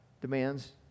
demands